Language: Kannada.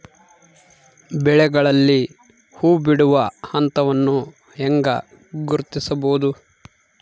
ಬೆಳೆಗಳಲ್ಲಿ ಹೂಬಿಡುವ ಹಂತವನ್ನು ಹೆಂಗ ಗುರ್ತಿಸಬೊದು?